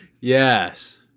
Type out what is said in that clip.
Yes